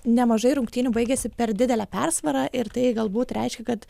nemažai rungtynių baigėsi per didele persvara ir tai galbūt reiškia kad